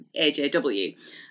AJW